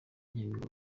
nyampinga